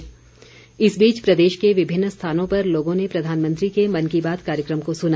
प्रतिक्रिया इस बीच प्रदेश के विभिन्न स्थानों पर लोगों ने प्रधानमंत्री के मन की बात कार्यक्रम को सुना